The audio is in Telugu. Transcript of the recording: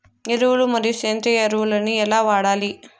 ఎరువులు మరియు సేంద్రియ ఎరువులని ఎలా వాడాలి?